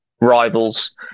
rivals